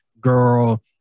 girl